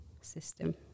system